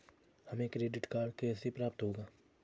हमें debit card कैसे प्राप्त होगा?